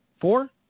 Four